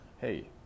hey